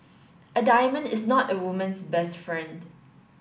a diamond is not a woman's best friend